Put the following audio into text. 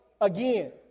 again